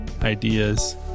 ideas